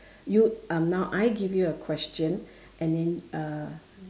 you um now I give you a question and then uh